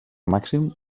màxim